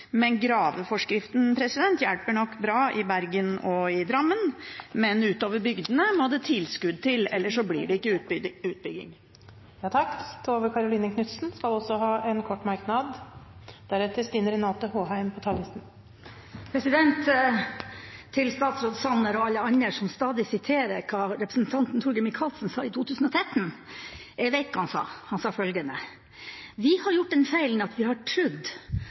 Graveforskriften hjelper nok bra i Bergen og i Drammen, men utover bygdene må det tilskudd til, ellers blir det ikke utbygging. Representanten Tove Karoline Knutsen har hatt ordet to ganger tidligere og får ordet til en kort merknad, begrenset til 1 minutt. Til statsråd Sanner og alle andre som stadig siterer hva representanten Torgeir Micaelsen sa i 2013: Jeg vet hva han sa. Han sa følgende: Vi har gjort den feilen at vi har